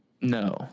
No